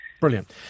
Brilliant